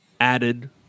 added